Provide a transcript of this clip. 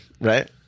right